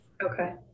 Okay